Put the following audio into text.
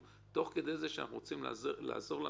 תוך כדי זה שאנחנו רוצים לעזור למשטרה,